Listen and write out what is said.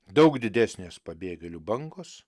daug didesnės pabėgėlių bangos